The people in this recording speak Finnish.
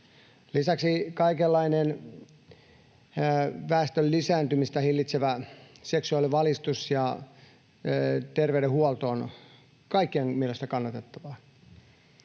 Lisäksi kaikenlainen väestön lisääntymistä hillitsevä seksuaalivalistus ja terveydenhuolto on kaikkien mielestä kannatettavaa.